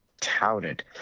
touted